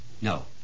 No